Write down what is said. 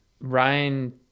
Ryan